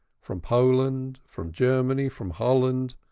from poland, from germany, from holland,